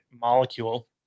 molecule